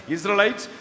Israelites